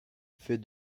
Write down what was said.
fais